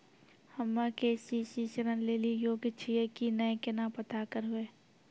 हम्मे के.सी.सी ऋण लेली योग्य छियै की नैय केना पता करबै?